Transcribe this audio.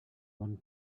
one